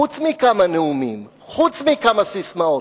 חוץ מכמה נאומים, חוץ מכמה ססמאות?